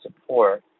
support